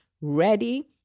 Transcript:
ready